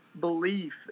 belief